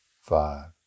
five